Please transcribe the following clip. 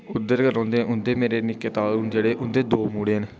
उद्धर गै रौंह्दे उं'दे मेरे निक्के ताऊ न जेह्ड़े उं'दे दो मुड़े न